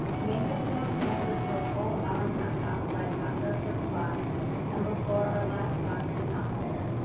make us sit on campus for a full hour and a half outside after our first class and before our last class is not fair.